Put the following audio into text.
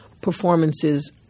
performances